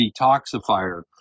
detoxifier